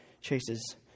chases